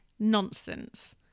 nonsense